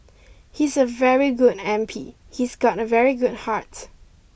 he's a very good M P he's got a very good heart